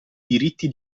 diritti